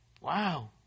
Wow